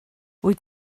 wyt